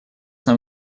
нам